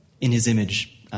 in-his-image